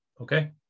okay